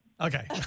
Okay